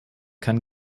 kann